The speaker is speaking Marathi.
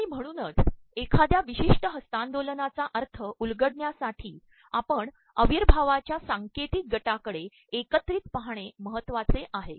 आणण म्हणूनच एखाद्या प्रवमशष्ि हस्त्तांदोलनाचा अर्य उलगडण्यासाठी आपण अप्रवयभावाच्या सांके ततक गिाकडे एकत्ररत पाहणे महत्वाचेआहे